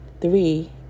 Three